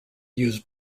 use